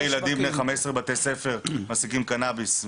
ילדים בני 15 בבתי ספר משיגים קנאביס,